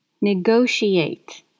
Negotiate